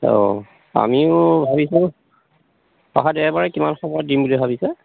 অঁ আমিও ভাবিছোঁ অহা দেওবাৰে কিমান সময়ত দিম বুলি ভাবিছা